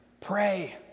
Pray